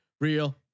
Real